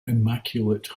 immaculate